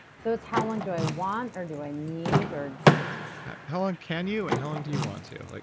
so it's how long do i want or do i need, or it's how long can you, and how long do you want to? like